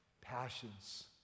passions